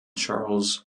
charles